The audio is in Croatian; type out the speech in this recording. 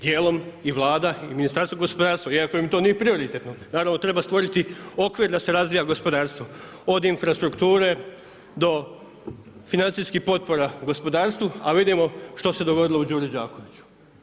Djelom i Vlada i Ministarstvo gospodarstva, iako im to nije prioritetno, naravno treba stvoriti okvir da se razvija gospodarstvo, od infrastrukture do financijskih potpora gospodarstvu, a vidimo što se dogodilo u Đuri Đakoviću.